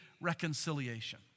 reconciliation